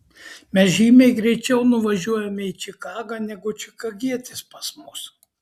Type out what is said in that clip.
mes žymiai greičiau nuvažiuojame į čikagą negu čikagietis pas mus